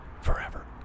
forever